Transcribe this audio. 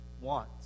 want